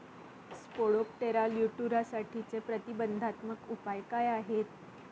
Spodoptera लिट्युरासाठीचे प्रतिबंधात्मक उपाय काय आहेत?